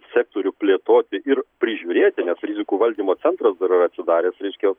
sektorių plėtoti ir prižiūrėti nes rizikų valdymo centras dar yra atsidaręs reiškia